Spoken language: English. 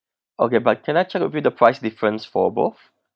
okay but can I check with you the price difference for both